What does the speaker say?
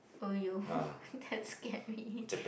!aiyo! that scared me